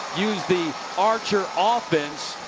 use the archer ah offense.